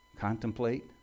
contemplate